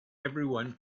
everyone